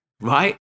right